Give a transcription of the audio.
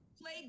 Play